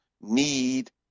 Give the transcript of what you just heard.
need